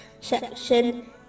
section